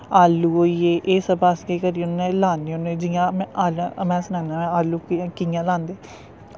आलू होई गे एह् सब अस केह् करने लान्ने होन्ने जि'यां में सनाना आलू कि'यां लांदे